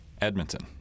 Edmonton